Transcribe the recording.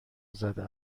زده